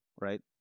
Right